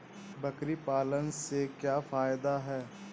बकरी पालने से क्या फायदा है?